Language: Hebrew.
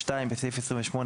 בסעיף 28,